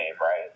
right